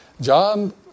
John